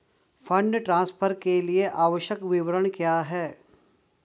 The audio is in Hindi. फंड ट्रांसफर के लिए आवश्यक विवरण क्या हैं?